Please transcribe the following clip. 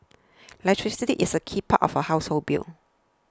electricity is a key part of a household bill